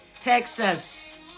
Texas